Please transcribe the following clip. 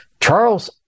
Charles